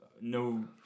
no